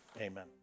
Amen